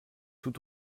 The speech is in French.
tout